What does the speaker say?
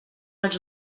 els